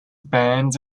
banned